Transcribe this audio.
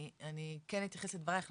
אני כן אתייחס לדבריך,